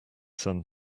sun